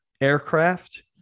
aircraft